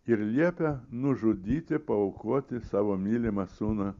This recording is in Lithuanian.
ir liepė nužudyti paaukoti savo mylimą sūnų